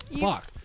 Fuck